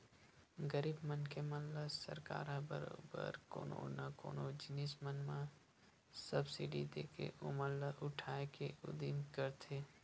गरीब मनखे मन ल सरकार ह बरोबर कोनो न कोनो जिनिस मन म सब्सिडी देके ओमन ल उठाय के उदिम करथे